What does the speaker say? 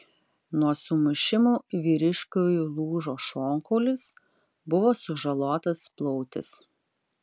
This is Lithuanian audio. nuo sumušimų vyriškiui lūžo šonkaulis buvo sužalotas plautis